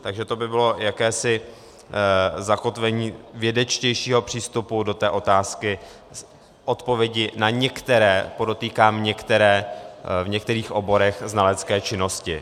Takže to by bylo jakési zakotvení vědečtějšího přístupu do té odpovědi na některé, podotýkám některé, v některých oborech znalecké činnosti.